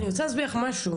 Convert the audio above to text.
אני רוצה להסביר לך משהו,